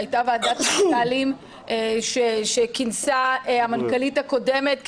שהייתה ועדת מנכ"לים שכינסה המנכ"לית הקודמת,